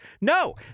No